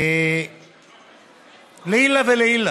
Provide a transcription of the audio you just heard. לעילא ולעילא.